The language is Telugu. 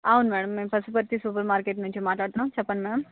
అవును మేడం మేము పశుపతి సూపర్ మార్కెట్ నుంచి మాట్లాడుతున్నాం చెప్పండి మ్యామ్